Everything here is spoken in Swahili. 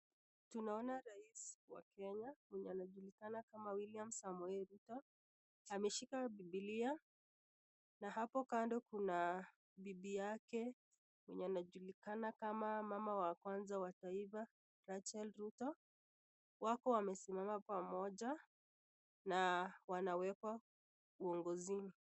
Tunaona rais wa kenya mwenye anajulikana kama William Samoei Ruto, ameshika bibilia na hapo kando kuna bibi yake mwenye anajulikana kama mama wa kwanza wa taifa Rachael Ruto, wako wamesimama pamoja na wanawekwa uongozini.